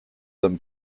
them